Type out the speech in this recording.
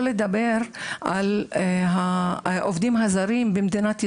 על העובדים הזרים במדינת ישראל.